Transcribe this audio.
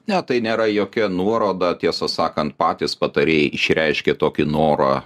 ne tai nėra jokia nuoroda tiesą sakant patys patarėjai išreiškė tokį norą